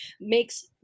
makes